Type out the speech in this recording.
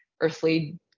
earthly